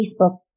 Facebook